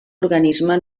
organisme